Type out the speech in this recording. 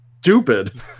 stupid